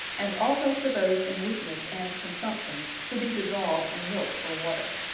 and also for those in weaknesse and consumptions, to be dissolved in milke or water.